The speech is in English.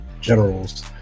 generals